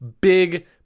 big